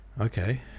Okay